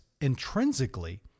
intrinsically